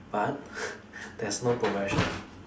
but there's no progression